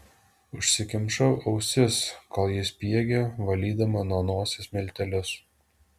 užsikimšau ausis kol ji spiegė valydama nuo nosies miltelius